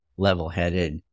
level-headed